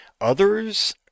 Others